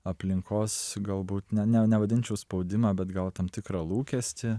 aplinkos galbūt ne ne nevadinčiau spaudimą bet gal tam tikrą lūkestį